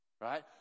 Right